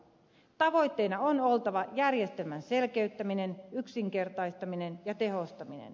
tavoitteena on oltava järjestelmän selkeyttäminen yksinkertaistaminen ja tehostaminen